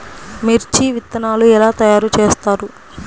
మిర్చి విత్తనాలు ఎలా తయారు చేస్తారు?